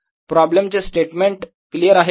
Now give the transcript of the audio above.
problem चे statement clear आहे का